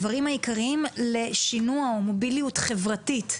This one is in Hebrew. הדברים העיקריים לשינוע או מוביליות חברתית,